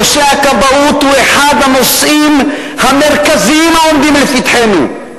נושא הכבאות הוא אחד הנושאים המרכזיים העומדים לפתחנו.